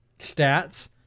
stats